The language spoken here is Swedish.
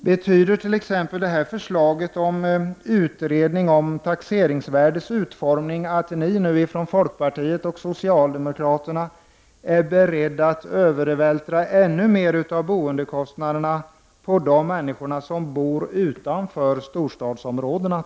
Betyder förslaget om utredning om taxeringsvärdets utformning t.ex. att ni från folkpartiet och socialdemokratin nu är beredda att övervältra ännu mer av boendekostnader på dem som bor utanför storstadsområdena?